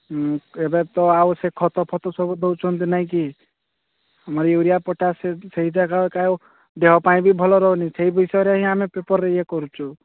ହୁଁ ଏବେ ତ ଆଉ ସେ ଖତ ଫତ ସବୁ ଦେଉଛନ୍ତି ନାଇଁ କି ମୁଇଁ ୟୁରିଆ ପଟାସ୍ ସେଇ ଜାଗା ଦେହ ପାଇଁ ବି ଭଲ ରହୁନି ସେଇ ବିଷୟରେ ହିଁ ଆମେ ପେପର୍ରେ ଇଏ କରୁଛୁ